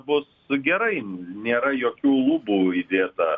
bus gerai nėra jokių lubų įdėta